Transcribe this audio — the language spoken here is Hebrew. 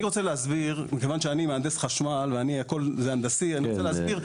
אני מהנדס חשמל והכול הנדסי, אני רוצה להסביר.